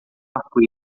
arco